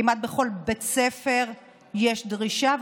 כמעט בכל בית ספר יש דרישה,